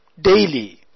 daily